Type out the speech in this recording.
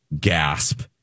gasp